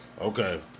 Okay